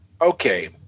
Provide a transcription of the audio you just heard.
okay